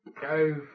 go